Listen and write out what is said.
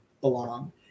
belong